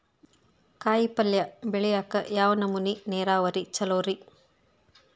ಕಾಯಿಪಲ್ಯ ಬೆಳಿಯಾಕ ಯಾವ ನಮೂನಿ ನೇರಾವರಿ ಛಲೋ ರಿ?